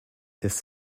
this